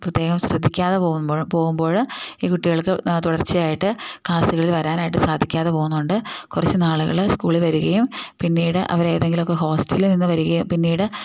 പ്രത്യേകം ശ്രദ്ധിക്കാതെ പോകുമ്പോൾ പോകുമ്പോൾ ഈ കുട്ടികൾക്ക് തുടർച്ചയായിട്ട് ക്ലാസ്സുകളിൽ വരാനായിട്ട് സാധിക്കാതെ പോകുന്നതു കൊണ്ട് കുറച്ചു നാളുകൾ സ്കൂളിൽ വരികയും പിന്നീട് അവർ ഏതെങ്കിലുമൊക്കെ ഹോസ്റ്റലിൽ നിന്നു വരികയും പിന്നീട്